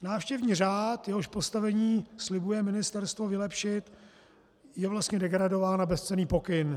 Návštěvní řád, jehož postavení slibuje ministerstvo vylepšit, je vlastně degradován na bezcenný pokyn.